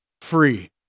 free